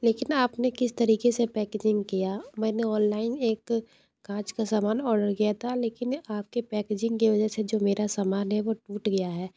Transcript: लेकिन आपने किस तरीके से पैकेजिंग किया मैंने ऑनलाइन एक काँच का समान ऑर्डर किया था लेकिन आपके पैकेजिंग के वजह से जो मेरा समान है वह टूट गया है